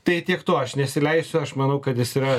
tai tiek to aš nesileisiu aš manau kad jis yra